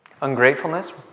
Ungratefulness